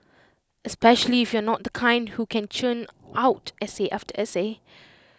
especially if you're not the kind who can churn out essay after essay